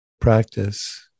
practice